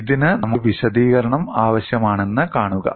ഇതിന് നമുക്ക് ഒരു വിശദീകരണം ആവശ്യമാണെന്ന് കാണുക